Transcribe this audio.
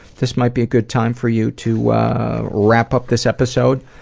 this might be a good time for you to wrap up this episode,